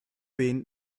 been